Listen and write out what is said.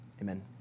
Amen